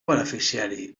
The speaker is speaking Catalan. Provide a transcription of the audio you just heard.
beneficiari